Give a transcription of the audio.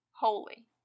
holy